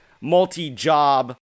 multi-job